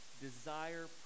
desire